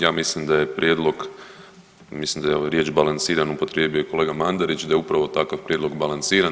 Ja mislim da je prijedlog, mislim da je riječ balansirano upotrijebio i kolega Mandarić, da je upravo takav prijedlog balansiran.